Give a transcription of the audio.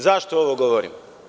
Zašto ovo govorim?